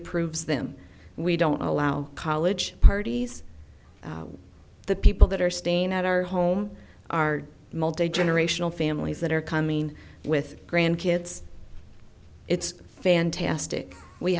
approves them we don't allow college parties the people that are staying at our home are multi generational families that are coming with grand kids it's fantastic we